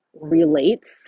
relates